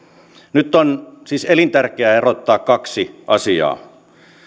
nyt on siis elintärkeää erottaa kaksi asiaa